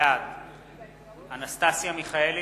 בעד אנסטסיה מיכאלי,